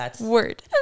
word